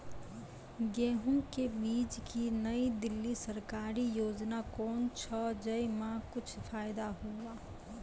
गेहूँ के बीज की नई दिल्ली सरकारी योजना कोन छ जय मां कुछ फायदा हुआ?